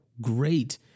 great